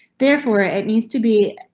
therefore, ah it needs to be.